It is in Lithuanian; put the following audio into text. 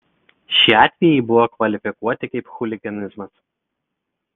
šie atvejai buvo kvalifikuoti kaip chuliganizmas